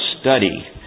study